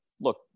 look